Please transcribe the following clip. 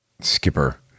skipper